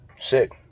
Sick